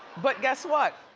but guess what?